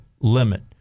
limit